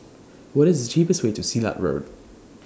What IS The cheapest Way to Silat Road